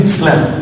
Islam